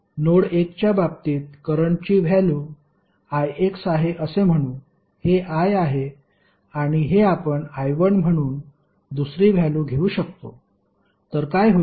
node 1 च्या बाबतीत करंटची व्हॅल्यु ix आहे असे म्हणू हे I आहे आणि हे आपण I1 म्हणून दुसरी व्हॅल्यु घेऊ शकतो तर काय होईल